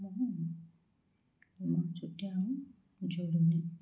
ଆଉ ମୋର ଚୁଟି ଆଉ ଝଡୁନି